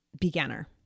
beginner